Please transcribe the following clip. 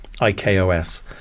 I-K-O-S